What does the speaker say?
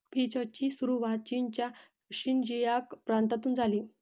पीचची सुरुवात चीनच्या शिनजियांग प्रांतातून झाली